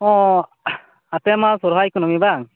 ᱚᱸᱻ ᱟᱯᱮᱢᱟ ᱥᱚᱨᱦᱟᱭ ᱠᱩᱱᱟ ᱢᱤ ᱵᱟᱝ